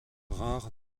rare